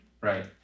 Right